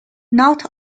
not